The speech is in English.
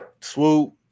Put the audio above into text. Swoop